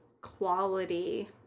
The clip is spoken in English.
quality